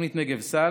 תוכנית נגב סל,